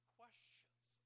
questions